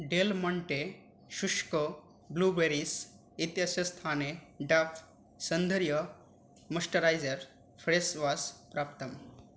Del Monte शुष्कानि blueberries इत्यस्य स्थाने डव् सौन्दर्यं मोष्टरैसर् फ्रेस् वास् प्राप्तम्